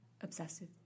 obsessive